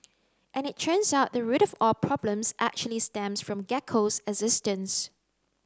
and it turns out the root of all problems actually stems from Gecko's existence